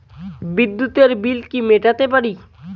বিদ্যুতের বিল কি মেটাতে পারি?